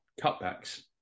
cutbacks